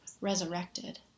resurrected